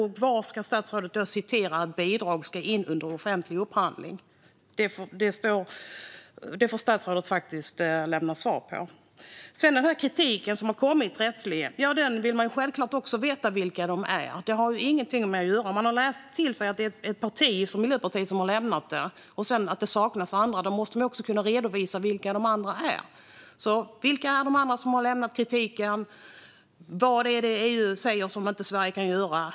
Hur ska statsrådet då se till att bidrag kommer in under offentlig upphandling? Det får statsrådet faktiskt lämna svar på. Sedan gäller det den rättsliga kritik som har kommit. Självklart vill man veta vilka de är. Man har läst att det är ett parti, Miljöpartiet, som har lämnat kritik. Det saknas information om andra. Man måste också kunna redovisa vilka de andra är. Vilka är de andra som har lämnat kritik? Vad är det EU säger som inte Sverige kan göra?